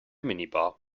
minibar